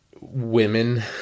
women